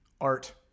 art